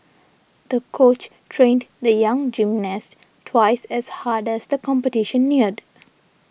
the coach trained the young gymnast twice as hard as the competition neared